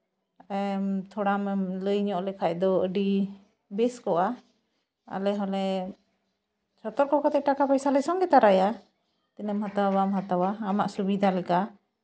ᱛᱷᱚᱲᱟᱢ ᱞᱟᱹᱭ ᱧᱚᱜ ᱞᱮᱠᱷᱟᱱ ᱫᱚ ᱟᱹᱰᱤ ᱵᱮᱥ ᱠᱚᱜᱼᱟ ᱟᱞᱮ ᱦᱚᱸᱞᱮ ᱡᱚᱛᱚ ᱠᱚ ᱛᱮᱞᱮ ᱴᱟᱠᱟ ᱯᱚᱭᱥᱟ ᱞᱮ ᱥᱚᱸᱜᱮ ᱛᱚᱨᱟᱭᱟ ᱛᱤᱱᱟᱹᱜ ᱮᱢ ᱦᱟᱛᱟᱣᱟ ᱵᱟᱢ ᱦᱟᱛᱟᱣᱟ ᱟᱢᱟᱜ ᱥᱩᱵᱤᱫᱷᱟ ᱞᱮᱠᱟ